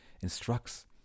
instructs